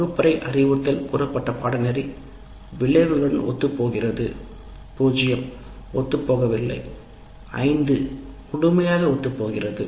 வகுப்பறை அறிவுறுத்தல் கூறப்பட்ட பாடநெறி விளைவுகளுடன் ஒத்துப்போகிறது 0 ஒத்துப் போகவில்லை5 முழுமையாக ஒத்துப் போகிறது